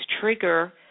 trigger